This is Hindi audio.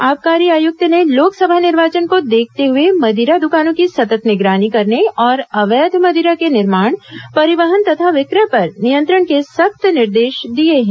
आबकारी आयुक्त ने लोकसभा निर्वाचन को देखते हुए मदिरा दुकानों की सतत् निगरानी करने और अवैध मदिरा के निर्माण परिवहन तथा विक्रय पर नियंत्रण के सख्त निर्देश दिये हैं